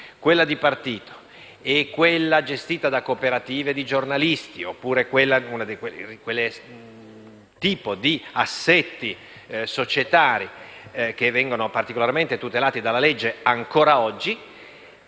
stampa di partito, a quella gestita da cooperative di giornalisti, oppure a quei tipi di assetti societari che vengono particolarmente tutelati dalla legge ancora oggi),